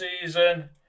season